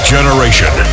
Generation